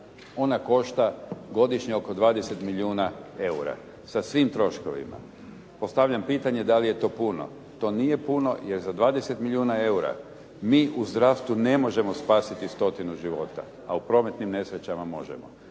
Ona košta godišnje oko 20 milijuna eura, sa svim troškovima. Postavljam pitanje, da li je to puno? To nije puno, jer za 20 milijuna eura, mi u zdravstvu ne možemo spasiti 100-nu života, a u prometnim nesrećama možemo.